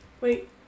Wait